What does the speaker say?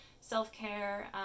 self-care